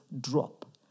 drop